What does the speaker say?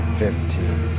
fifteen